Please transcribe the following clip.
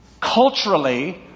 Culturally